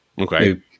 Okay